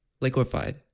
Liquefied